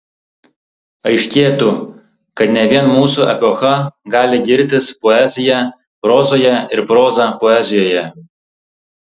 aiškėtų kad ne vien mūsų epocha gali girtis poezija prozoje ir proza poezijoje